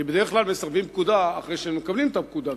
כי בדרך כלל מסרבים פקודה אחרי שמקבלים את הפקודה,